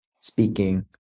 speaking